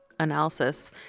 analysis